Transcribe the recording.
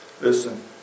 Listen